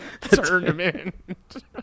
Tournament